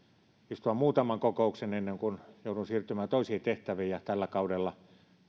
istua muutaman kokouksen ennen kuin jouduin siirtymään toisiin tehtäviin tällä kaudella